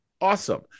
Awesome